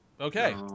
Okay